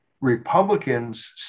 Republicans